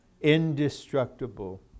indestructible